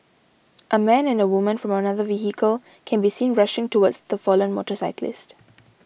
a man and a woman from another vehicle can be seen rushing towards the fallen motorcyclist